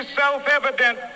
self-evident